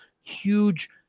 huge